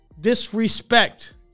disrespect